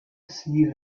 see